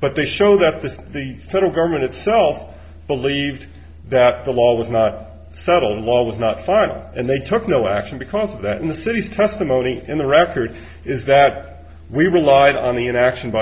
but they show that that the federal government itself believed that the law was not settled law was not final and they took no action because of that in the city testimony in the record is that we relied on the inaction by